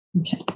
Okay